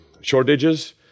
shortages